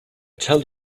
tell